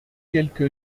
quelque